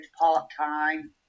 part-time